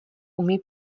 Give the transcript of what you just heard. umí